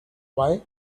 why